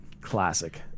Classic